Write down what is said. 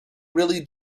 really